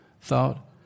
Thought